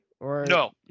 No